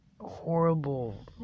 horrible